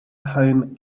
home